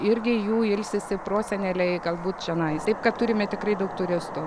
irgi jų ilsisi proseneliai galbūt čionais taip kad turime tikrai daug turistų